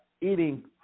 eating